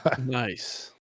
Nice